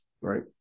right